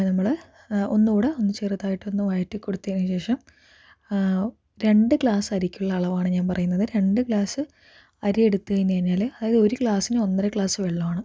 നമ്മൾ ഒന്നു കൂടി ഒന്ന് ചെറുതായിട്ട് ഒന്ന് വഴറ്റി കൊടുത്തതിന് ശേഷം രണ്ട് ഗ്ലാസ് അരിക്കുള്ള അളവാണ് ഞാൻ പറയുന്നത് രണ്ട് ഗ്ലാസ് അരി എടുത്ത് കഴിഞ്ഞ് കഴിഞ്ഞാൽ അതായത് ഒരു ഗ്ലാസിന് ഒന്നര ഗ്ലാസ് വെള്ളമാണ്